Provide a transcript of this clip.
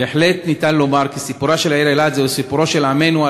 בהחלט אפשר לומר שסיפורה של העיר אילת הוא סיפורו של עמנו,